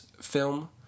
film